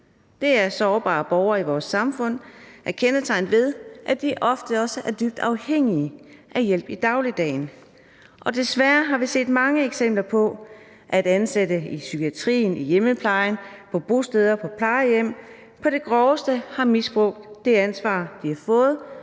Det er sårbare borgere i vores samfund, der er kendetegnet ved, at de ofte også er dybt afhængige af hjælp i dagligdagen. Og desværre har vi set mange eksempler på, at ansatte i psykiatrien, i hjemmeplejen, på bosteder og på plejehjem på det groveste har misbrugt det ansvar, de har fået,